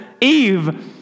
Eve